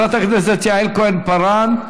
חברת הכנסת יעל כהן-פארן,